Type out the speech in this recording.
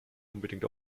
unbedingt